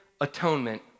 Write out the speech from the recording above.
atonement